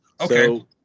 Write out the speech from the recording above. Okay